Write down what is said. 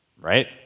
right